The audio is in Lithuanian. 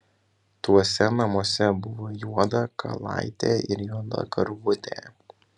tuose namuose buvo juoda kalaitė ir juoda karvutė